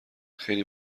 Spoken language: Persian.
خیلی